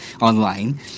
online